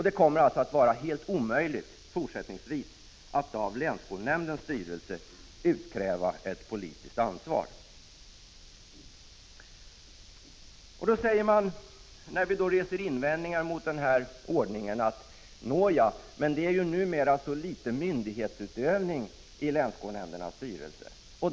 Det kommer alltså fortsättningsvis att vara helt omöjligt att av länsskolnämndens styrelse utkräva ett politiskt ansvar. När vi reser invändningar mot denna ordning svarar man: Nåja, det är ju numera rätt litet av myndighetsutövning i länsskolnämndernas styrelse.